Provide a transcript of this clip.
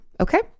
Okay